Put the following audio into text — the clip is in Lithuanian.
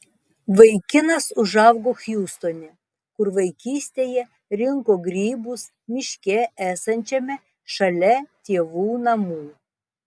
vaikinas užaugo hjustone kur vaikystėje rinko grybus miške esančiame šalia tėvų namų